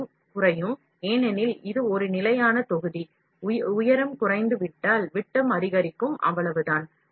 உயரம் குறையும் ஏனெனில் இது ஒரு நிலையான பாகம் உயரம் குறைந்துவிட்டால் விட்டம் அதிகரிக்கும் அவ்வளவுதான்